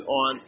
on